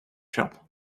shop